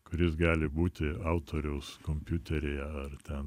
kuris gali būti autoriaus kompiuteryje ar ten